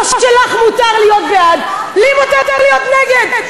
כמו שלך מותר להיות בעד, לי מותר להיות נגד.